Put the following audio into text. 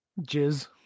Jizz